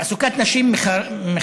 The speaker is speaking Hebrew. תעסוקת נשים מחייבת,